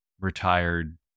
retired